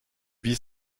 vit